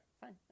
Fine